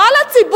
לא על הציבור,